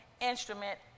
instrument